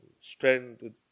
strength